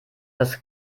dass